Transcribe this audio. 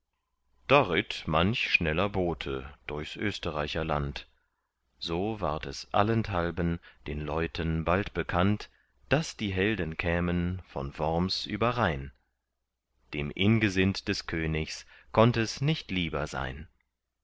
ritt manch schneller bote durchs österreicherland so ward es allenthalben den leuten bald bekannt daß die helden kämen von worms über rhein dem ingesind des königs konnt es nicht lieber sein